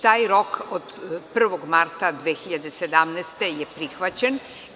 Taj rok od 1. marta 2017. je prihvaćen.